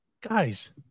Guys